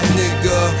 nigga